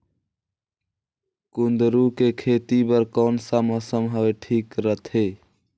कुंदूरु के खेती बर कौन सा मौसम हवे ठीक रथे?